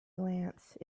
glance